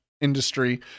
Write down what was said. industry